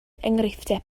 enghreifftiau